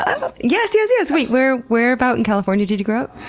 ah so yes, yes, yes! wait, where where about in california did you grow up?